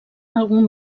algun